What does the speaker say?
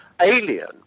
alien